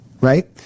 right